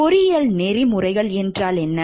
பொறியியல் நெறிமுறைகள் என்றால் என்ன